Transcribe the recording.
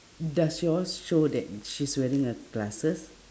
does yours show that she's wearing a glasses